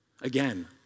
Again